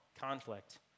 Conflict